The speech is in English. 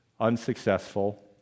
unsuccessful